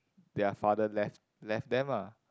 their father left left them ah